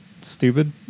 stupid